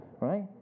Right